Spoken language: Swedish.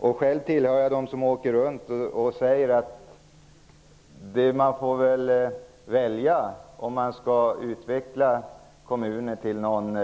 Jag hör själv till dem som åker runt och säger att man får välja om man skall utveckla kommunen till någon